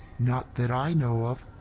not that i know of.